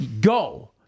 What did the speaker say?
go